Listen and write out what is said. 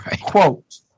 Quote